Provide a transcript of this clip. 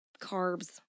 carbs